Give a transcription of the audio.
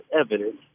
evidence